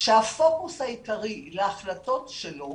שהפוקוס העיקרי להחלטות שלו